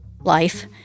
life